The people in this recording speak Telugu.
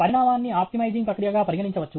పరిణామాన్ని ఆప్టిమైజింగ్ ప్రక్రియగా పరిగణించవచ్చు